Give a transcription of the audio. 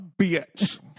bitch